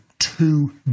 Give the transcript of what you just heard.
two